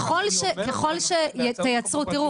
מגיע כונן ויכול להיות שהוא רואה תוך כדי